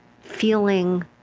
feeling